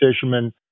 fisherman